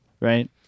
right